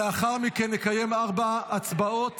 ולאחר מכן נקיים ארבע הצבעות